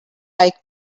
like